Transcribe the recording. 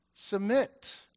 Submit